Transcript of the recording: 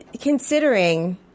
Considering